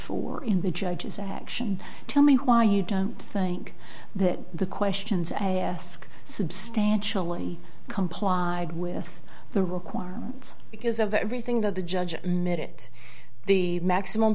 for in the judge's action tell me why you don't think that the questions i ask substantially complied with the requirement because of everything that the judge made it the maximum